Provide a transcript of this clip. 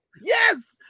Yes